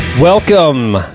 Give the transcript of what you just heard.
Welcome